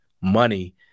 money